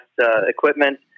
equipment